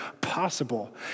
possible